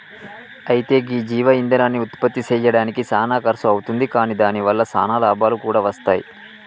అయితే గీ జీవ ఇందనాన్ని ఉత్పప్తి సెయ్యడానికి సానా ఖర్సు అవుతుంది కాని దాని వల్ల సానా లాభాలు కూడా వస్తాయి